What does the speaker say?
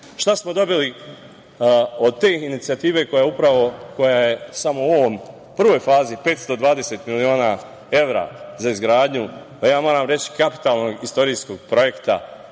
smo dobili od te inicijative koja je samo u prvoj fazi 520 miliona evra za izgradnju? Ja moram reći kapitalnog istorijskog projekta,